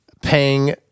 Paying